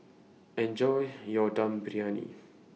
Enjoy your Dum Briyani